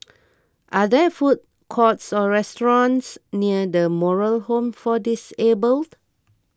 are there food courts or restaurants near the Moral Home for Disabled